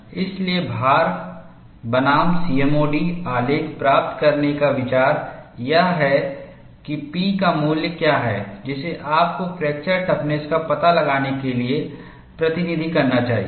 इसलिए भार बनाम सीएमओडी आलेख प्राप्त करने का विचार यह है कि P का मूल्य क्या है जिसे आपको फ्रैक्चर टफनेस का पता लगाने के लिए प्रतिनिधि करना चाहिए